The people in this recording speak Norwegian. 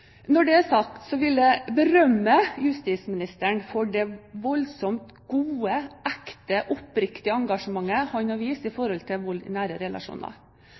Når det er sagt, vil jeg berømme justisministeren for det voldsomt gode, ekte og oppriktige engasjementet han har vist når det gjelder vold i nære relasjoner.